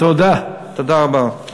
תודה רבה.